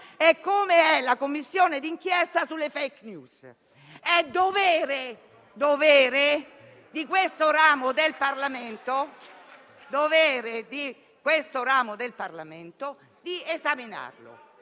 e della Commissione di inchiesta sulle *fake news*, è dovere di questo ramo del Parlamento esaminarli.